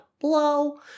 blow